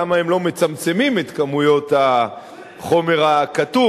למה הם לא מצמצמים את כמויות החומר הכתוב.